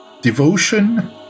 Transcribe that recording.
devotion